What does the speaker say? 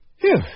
Phew